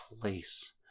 place